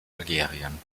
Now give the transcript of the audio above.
algerien